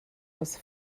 was